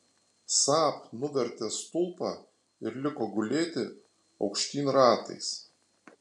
saab nuvertė stulpą ir liko gulėti aukštyn ratais